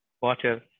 water